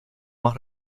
más